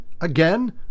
again